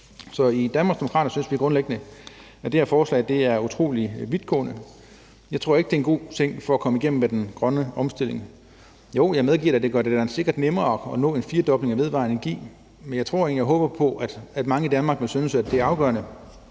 Så i Danmarksdemokraterne synes vi grundlæggende, at det her forslag er utrolig vidtgående. Jeg tror ikke, det er en god ting for at komme igennem med den grønne omstilling. Jeg medgiver, at det da sikkert gør det nemmere at nå en firdobling af vedvarende energi, men jeg tror egentlig og håber på, at mange i Danmark vil synes, at det er afgørende